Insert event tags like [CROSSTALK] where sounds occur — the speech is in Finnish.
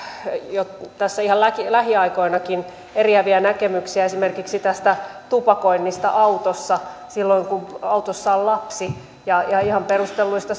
ollut tässä ihan lähiaikoinakin eriäviä näkemyksiä esimerkiksi tästä tupakoinnista autossa silloin kun autossa on lapsi ihan perustelluista [UNINTELLIGIBLE]